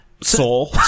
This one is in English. Soul